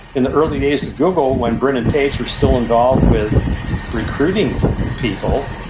in the early days of google, when brin and page were still involved with recruiting people,